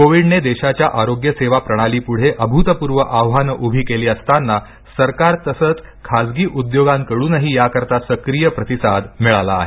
कोविडने देशाच्या आरोग्य सेवा प्रणालीपुढे अभूतपूर्व आव्हानं उभी केली असताना सरकार तसेच खाजगी उद्योगांकडूनही याकरिता सक्रिय प्रतिसाद मिळाला आहे